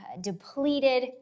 depleted